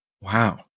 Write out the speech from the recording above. Wow